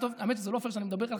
האמת היא שזה לא פייר שאני מדבר כך,